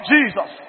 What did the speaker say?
Jesus